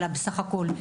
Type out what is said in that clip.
אלא בסך הכול,